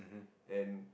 and